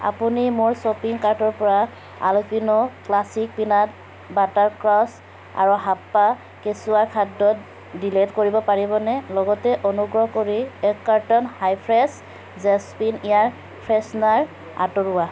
আপুনি মোৰ শ্বপিং কাৰ্টৰ পৰা Alpino classic peanut butter crunch আৰু হাপ্পাৰ কেচুৱাৰ খাদ্য ডিলিট কৰিব পাৰিবনে লগতে অনুগ্ৰহ কৰি এক carton hi fresh jasmine air freshener আঁতৰোৱা